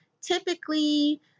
typically